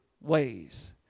ways